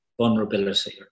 Vulnerability